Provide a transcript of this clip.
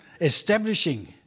Establishing